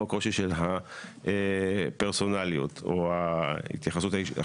הקושי של הפרסונליות או ההתייחסות האישית.